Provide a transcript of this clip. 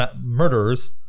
murderers